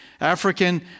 African